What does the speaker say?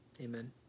Amen